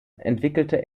entwickelte